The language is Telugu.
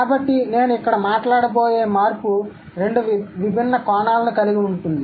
కాబట్టి నేను ఇక్కడ మాట్లాడబోయే మార్పు రెండు విభిన్న కోణాలను కలిగి ఉంటుంది